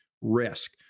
Risk